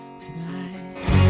tonight